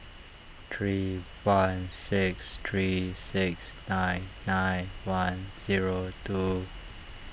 three one six three six nine nine one zero two